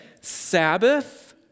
Sabbath